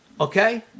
okay